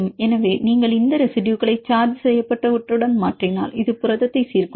ஏனெனில் நீங்கள் இந்த ரெசிடுயுகளை சார்ஜ் செய்யப்பட்டவற்றுடன் மாற்றினால் இது புரதத்தை சீர்குலைக்கும்